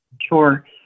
Sure